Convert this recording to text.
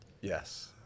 Yes